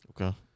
Okay